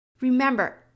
Remember